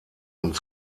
und